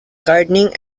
gardening